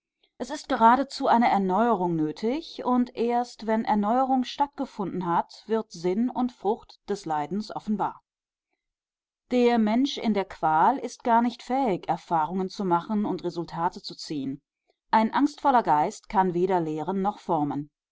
es ist geradezu eine erneuerung nötig und erst wenn erneuerung stattgefunden hat wird sinn und frucht des leidens offenbar der mensch in der qual ist gar nicht fähig erfahrungen zu machen und resultate zu ziehen ein angstvoller geist kann weder lehren noch formen